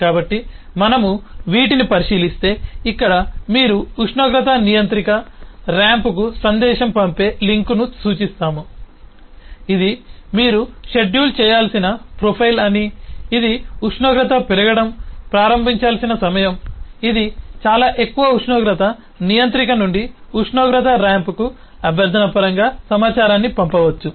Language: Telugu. కాబట్టి మనము వీటిని పరిశీలిస్తే ఇక్కడ మీరు ఉష్ణోగ్రత నియంత్రిక ర్యాంప్కు సందేశం పంపే లింక్ను చూస్తాము ఇది మీరు షెడ్యూల్ చేయాల్సిన ప్రొఫైల్ అని ఇది ఉష్ణోగ్రత పెరగడం ప్రారంభించాల్సిన సమయం ఇది చాలా ఎక్కువ ఉష్ణోగ్రత నియంత్రిక నుండి ఉష్ణోగ్రత రాంప్కు అభ్యర్థన పరంగా సమాచారాన్ని పంపవచ్చు